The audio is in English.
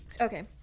okay